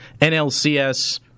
NLCS